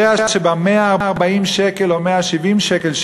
יודע שב-140 שקל או 170 שקל,